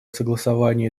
согласование